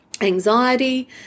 anxiety